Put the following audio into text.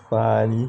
funny